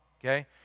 Okay